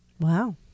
Wow